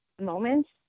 moments